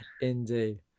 Indeed